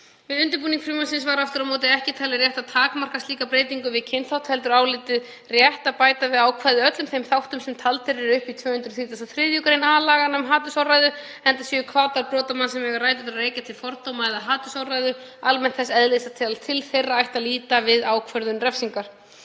Við undirbúning frumvarpsins var aftur á móti ekki talið rétt að takmarka slíka breytingu við kynþátt heldur álitið rétt að bæta við ákvæðið öllum þeim þáttum sem taldir eru upp í 233. gr. a laganna um hatursorðræðu enda væru hvatar brotamanns sem eiga rætur að rekja til fordóma eða hatursorðræðu almennt þess eðlis að til þeirra ætti að líta við ákvörðun refsingar.